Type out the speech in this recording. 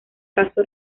caso